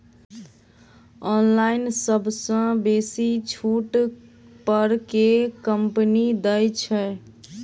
Online सबसँ बेसी छुट पर केँ कंपनी दइ छै?